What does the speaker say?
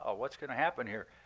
ah what's going to happen here?